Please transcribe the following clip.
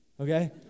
okay